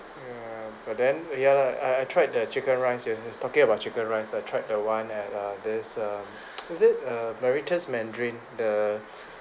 ya but then ya lah I I tried the chicken rice you is talking about chicken rice I tried the one at err this um is it err Meritus Mandarin the